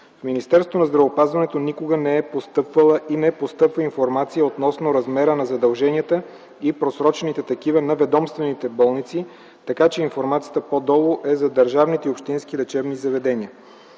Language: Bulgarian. Министерството на здравеопазването никога не е постъпвала и не постъпва информация относно размера на задълженията и просрочените такива на ведомствените болници, така че информацията по-долу е за държавните и общински лечебни заведения.